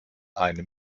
eine